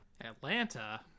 Atlanta